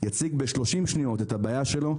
יציג ב-30 שניות את הבעיה שלו.